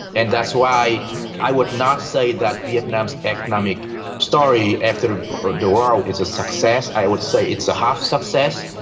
and that's why i would not say that vietnam's economic story after the war um is a success, i would say it's a half success.